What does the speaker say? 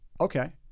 Okay